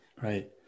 right